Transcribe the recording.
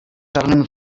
czarnym